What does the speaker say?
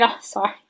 sorry